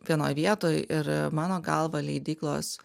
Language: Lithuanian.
vienoj vietoj ir mano galva leidyklos